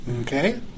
Okay